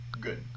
good